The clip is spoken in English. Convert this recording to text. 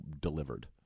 delivered